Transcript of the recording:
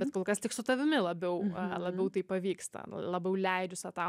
bet kol kas tik su tavimi labiau labiau tai pavyksta labiau leidžiu sau tą